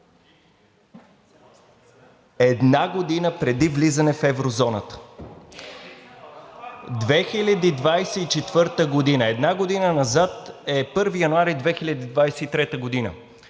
една година преди влизане в еврозоната.“ – 2024 г. Една година назад е 1 януари 2023 г.